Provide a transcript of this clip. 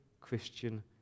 Christian